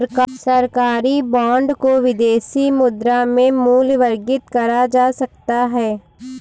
सरकारी बॉन्ड को विदेशी मुद्रा में मूल्यवर्गित करा जा सकता है